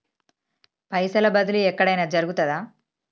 పైసల బదిలీ ఎక్కడయిన జరుగుతదా?